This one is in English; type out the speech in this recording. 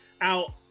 out